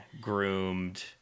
groomed